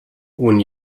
when